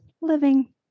living